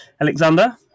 alexander